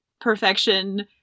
perfection